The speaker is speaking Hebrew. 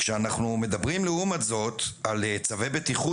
כאשר אנחנו מדברים לעומת זה על צווי בטיחות